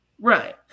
Right